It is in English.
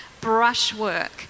brushwork